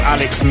Alex